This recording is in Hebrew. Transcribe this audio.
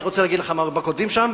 אני רוצה להגיד לך מה כותבים שם,